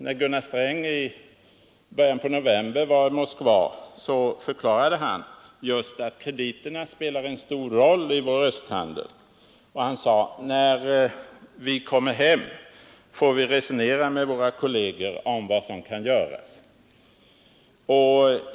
När Gunnar Sträng i början av november var i Moskva förklarade han att just krediterna spelar en stor roll i vår östhandel och han sade: När vi kommer hem får vi resonera med våra kolleger om vad som kan göras.